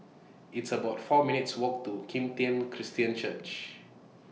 It's about four minutes' Walk to Kim Tian Christian Church